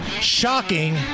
Shocking